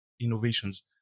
Innovations